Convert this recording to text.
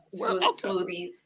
smoothies